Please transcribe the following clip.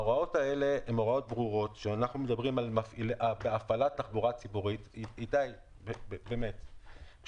לעניין פסקה (2) להגדרת "תחנת תחבורה יבשתית" מפעיל מסילת ברזל